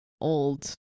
old